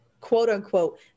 quote-unquote